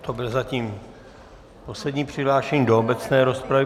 To byl zatím poslední přihlášený do obecné rozpravy.